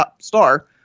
star